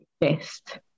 best